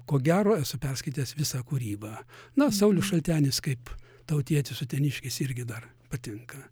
ko gero esu perskaitęs visą kūrybą na saulius šaltenis kaip tautietis uteniškis irgi dar patinka